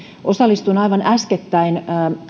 osallistuin aivan äskettäin